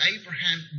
Abraham